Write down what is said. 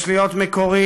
יש להיות מקוריים.